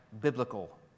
biblical